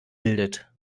bildet